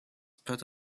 put